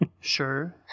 Sure